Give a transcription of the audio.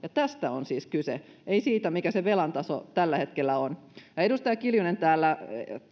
tästä on siis kyse ei siitä mikä se velan taso tällä hetkellä on edustaja kiljunen täällä